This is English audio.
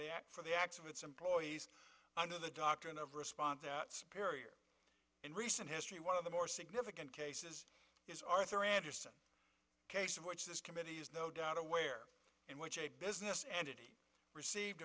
the act for the acts of its employees under the doctrine of respond that spirit in recent history one of the more significant cases is arthur andersen case in which this committee is no doubt aware in which a business entity received